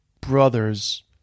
brother's